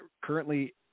currently